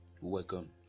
welcome